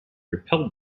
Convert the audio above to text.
repelled